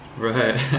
Right